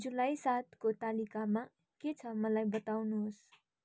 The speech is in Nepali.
जुलाई सातको तालिकामा के छ मलाई बताउनुहोस्